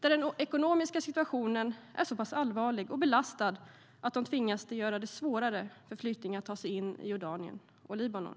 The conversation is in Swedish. där den ekonomiska situationen är så pass allvarlig och belastad att de tvingas göra det svårare för flyktingar att ta sig in i Jordanien och Libanon.